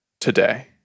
today